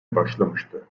başlamıştı